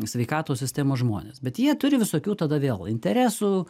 sveikatos sistemos žmonės bet jie turi visokių tada vėl interesų